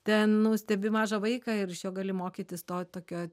ten nu stebi mažą vaiką ir iš jo gali mokytis to tokio